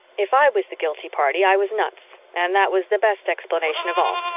if i was the guilty party, i was nuts and that was the best explanation of all.